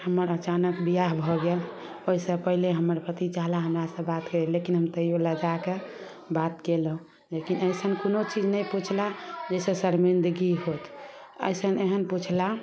हमर अचानक बियाह भऽ गेल ओइसँ पहिले हमर पति चाहला हमरासँ बात करय लए लेकिन हम तैयो लजाकऽ बात कयलहुँ लेकिन अइसन कोनो चीज नहि पुछला जाहिसँ शर्मिन्दगी होत अइसन एहन पुछला